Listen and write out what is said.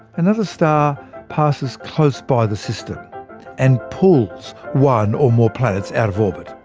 another star passes close by the system and pull one or more planets out of orbit.